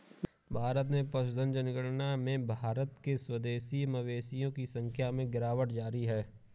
भारत में पशुधन जनगणना में भारत के स्वदेशी मवेशियों की संख्या में गिरावट जारी है